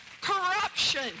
Corruption